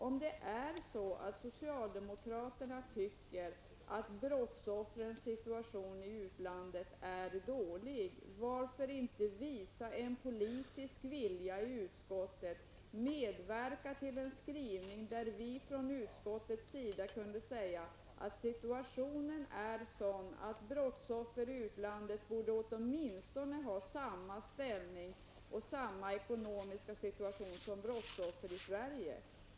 Om socialdemokraterna tycker att brottsoffrens situation i utlandet är dålig, varför visar man då inte en politisk vilja i utskottet och medverkar till en skrivning, där vi från utskottets sida kan säga att situationen är sådan att brottsoffer i utlandet borde åtminstone ha samma ställning och samma ekonomiska situation som brottsoffer i Sverige?